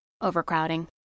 Overcrowding